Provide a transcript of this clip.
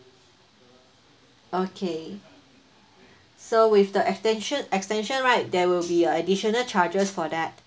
okay so with the extension extension right there will be additional charges for that